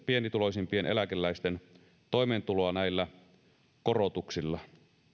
pienituloisimpien eläkeläisten toimeentuloa näillä korotuksilla